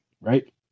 right